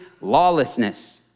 lawlessness